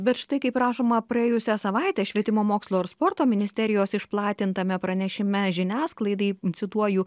bet štai kaip rašoma praėjusią savaitę švietimo mokslo ir sporto ministerijos išplatintame pranešime žiniasklaidai cituoju